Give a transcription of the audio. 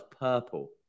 purple